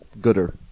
gooder